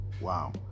wow